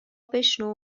بشنو